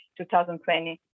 2020